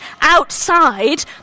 outside